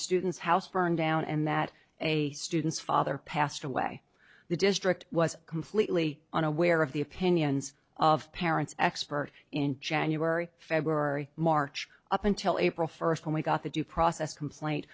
student's house burned down and that a student's father passed away the district was completely unaware of the opinions of parents expert in january february march up until april first when we got the due process complaint